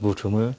बुथुमो